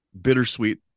bittersweet